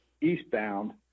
eastbound